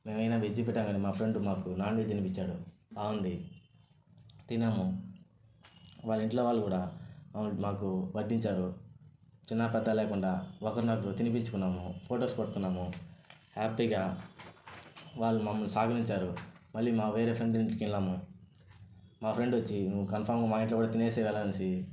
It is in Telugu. మేము అయినా వెజ్ పెట్టాం కానీ మా ఫ్రెండ్ మాకు నాన్ వెజ్ తినిపించాడు బాగుంది తినము వాళ్ళ ఇంట్లో వాళ్ళు కూడా మాకు వడ్డించారు చిన్న పెద్ద లేకుండా ఒకరినొకరు తినిపించుకున్నాము ఫొటోస్ పట్టుకున్నాము హ్యాపీగా వాళ్లు మమ్మల్ని సాగరించారు మళ్లీ వేరే ఫ్రెండ్ ఇంటికి వెళ్ళాము మా ఫ్రెండ్ వచ్చి నువ్వు కన్ఫామ్గా మా ఇంట్లో కూడా తినేసి వెళ్లాలి అనేసి